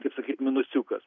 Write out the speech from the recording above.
kaip sakyt minusiukas